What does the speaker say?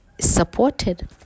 supported